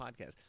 podcast